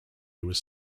was